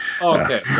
Okay